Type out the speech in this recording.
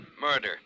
Murder